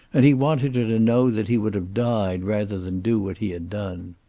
and he wanted her to know that he would have died rather than do what he had done.